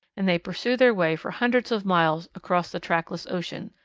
and they pursue their way for hundreds of miles across the trackless ocean.